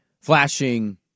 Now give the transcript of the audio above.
flashing